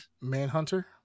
Manhunter